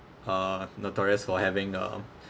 uh notorious for having a